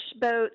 boats